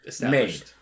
made